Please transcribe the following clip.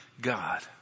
God